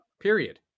period